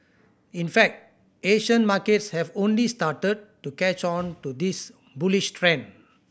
in fact Asian markets have only started to catch on to this bullish trend